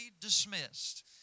dismissed